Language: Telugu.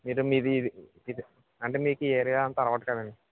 ఇది మీది ఇది ఇది అంటే మీకు ఈ ఏరియా అంతా అలవాటు కదండి